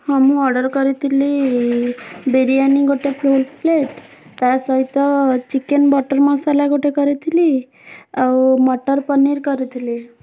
ହଁ ମୁଁ ଅର୍ଡ଼ର୍ କରିଥିଲି ବିରିୟାନୀ ଗୋଟେ ଫୁଲ୍ ପ୍ଲେଟ୍ ତା'ସହିତ ଚିକେନ୍ ବଟର୍ ମସଲା ଗୋଟେ କରିଥିଲି ଆଉ ମଟର ପନୀର୍ କରିଥିଲି